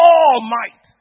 All-Might